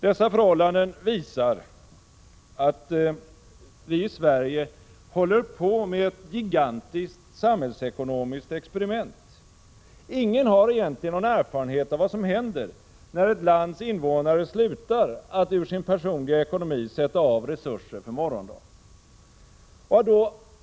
Dessa förhållanden visar att vi i Sverige håller på med ett gigantiskt samhällsekonomiskt experiment. Ingen har egentligen någon erfarenhet av vad som händer, när ett lands invånare slutar att ur sin personliga ekonomi sätta av resurser för morgondagen.